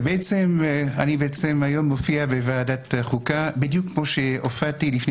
אני מופיע היום בוועדת חוקה בדיוק כמו שהופעתי לפני